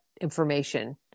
information